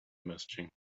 messaging